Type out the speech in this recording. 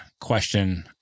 question